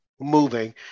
moving